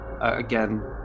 again